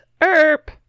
erp